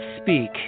Speak